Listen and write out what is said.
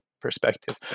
perspective